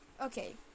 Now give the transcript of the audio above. Okay